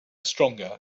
stronger